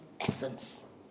essence